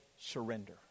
surrender